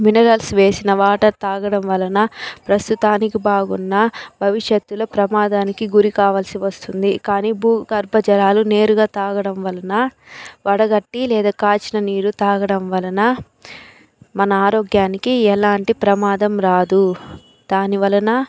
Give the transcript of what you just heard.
minerals వేసిన water తాగడం వలన ప్రస్తుతానికి బాగున్నా భవిష్యత్తులో ప్రమాదానికి గురి కావాల్సి వస్తుంది కానీ భూగర్భజరాలు నేరుగా తాగడం వలన వడగట్టి లేదా కాచిన నీరు తాగడం వలన మన ఆరోగ్యానికి ఎలాంటి ప్రమాదం రాదు దాని వలన